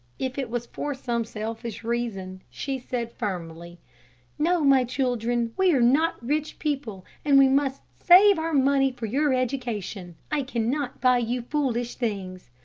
if it was for some selfish reason, she said, firmly no, my children we are not rich people, and we must save our money for your education. i cannot buy you foolish things.